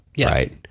right